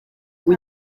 ubu